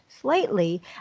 slightly